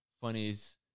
funniest